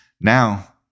Now